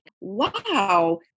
wow